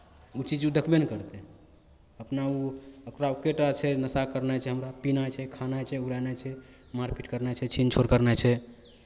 ओ चीज ओ देखबे नहि करतै अपना ओ ओकरा एक्के टा छै नशा करनाइ छै हमरा पीनाइ छै खयनाइ उड़यनाइ छै मारपीट करनाइ छै छीन छोड़ करनाइ छै